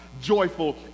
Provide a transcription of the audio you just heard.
joyful